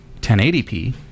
1080p